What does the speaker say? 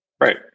Right